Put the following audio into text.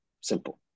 simple